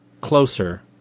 closer